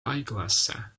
haiglasse